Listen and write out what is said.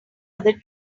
other